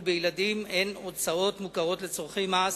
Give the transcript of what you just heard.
בילדים הן הוצאות מוכרות לצורכי מס